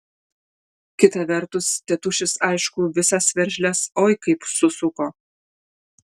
kita vertus tėtušis aišku visas veržles oi kaip susuko